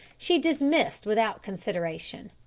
she dismissed without consideration.